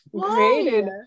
created